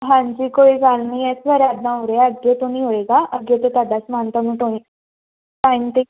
ਹਾਂਜੀ ਕੋਈ ਗੱਲ ਨਹੀਂ ਇਧਰ ਇਦਾਂ ਹੋ ਰਿਹਾ ਅੱਗੇ ਤੋਂ ਨਹੀਂ ਹੋਏਗਾ ਅੱਗੇ ਤੋਂ ਤੁਹਾਡਾ ਸਮਾਨ ਤੁਹਾਨੂੰ ਟੋਏ ਟਾਈਮ ਤੇ